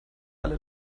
alle